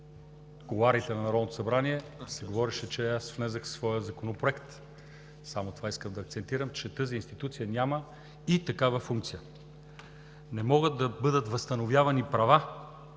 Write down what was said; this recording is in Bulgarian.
кулоарите на Народното събрание, се говореше: „аз внесох своя законопроект“. Само това искам да акцентирам, че тази институция няма такава функция. Не могат да бъдат възстановявани права